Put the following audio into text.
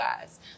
guys